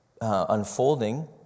unfolding